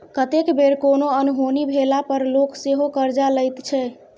कतेक बेर कोनो अनहोनी भेला पर लोक सेहो करजा लैत छै